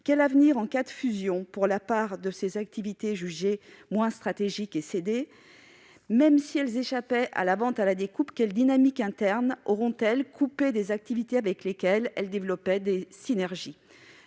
Quel avenir, en cas de fusion, pour la part de ces activités jugées moins stratégiques et cédées ? Même si celles-ci échappaient à la vente à la découpe, quelle dynamique interne auront-elles, coupées des activités avec lesquelles elles développaient des synergies ?